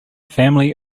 family